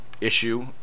issue